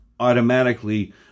automatically